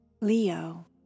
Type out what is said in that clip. Leo